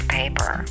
paper